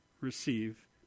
receive